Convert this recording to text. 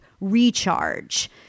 recharge